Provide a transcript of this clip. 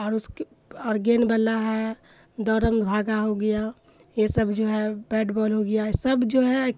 اور اس اور گیند بلا ہے دوڑم بھاگا ہو گیا یہ سب جو ہے بیٹ بال ہو گیا یہ سب جو ہے